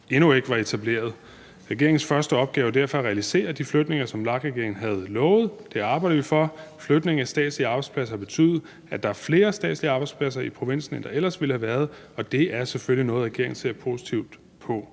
endnu ikke var etableret. Regeringens første opgave er derfor at realisere de flytninger, som VLAK-regeringen havde lovet. Det arbejder vi for. Flytning af statslige arbejdspladser vil betyde, at der er flere statslige arbejdspladser i provinsen, end der ellers ville have været, og det er selvfølgelig noget, regeringen ser positivt på.